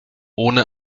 ohne